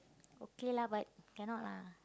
okay lah but cannot lah